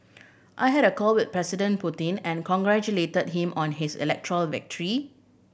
I had a call with President Putin and congratulated him on his electoral victory